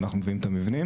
ואנחנו מביאים את המבנים.